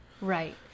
right